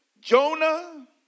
Jonah